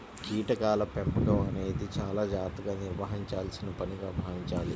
కీటకాల పెంపకం అనేది చాలా జాగర్తగా నిర్వహించాల్సిన పనిగా భావించాలి